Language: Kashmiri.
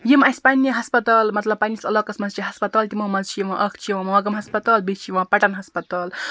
یِم اَسہِ پَنٕنہِ ہَسپَتالہٕ مَطلَب پَنٕنِس عَلاقَس مَنٛز چھِ ہَسپَتال تِمو مَنٛز چھِ یِوان اکھ چھِ یِوان ماگَم ہَسپَتال بیٚیہِ چھِ یِوان پَٹَن ہَسپَتال